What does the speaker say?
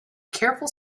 careful